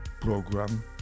program